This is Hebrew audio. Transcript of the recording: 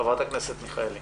חברת הכנסת מיכאלי.